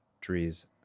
Trees